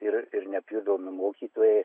ir ir nepjudomi mokytojai